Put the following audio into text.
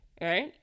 right